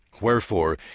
Wherefore